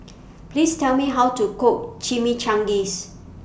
Please Tell Me How to Cook Chimichangas